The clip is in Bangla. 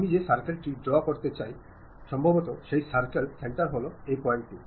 আমি যে সার্কেল টি ড্রও করতে চাই সম্ভবত সেই সার্কেলের সেন্টার হল এই পয়েন্টটি